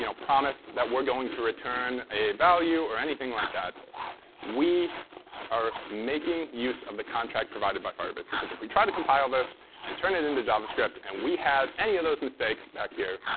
you know promise that we're going to return a value or anything like that we are making use of the contract provided by firebase. because if we tried to compile this and turn it into javascript and we had any of those mistakes back here